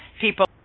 people